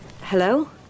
Hello